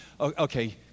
Okay